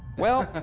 well,